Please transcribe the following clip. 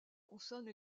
consonnes